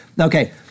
Okay